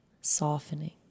softening